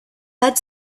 had